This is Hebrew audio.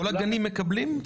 כל הגנים מקבלים?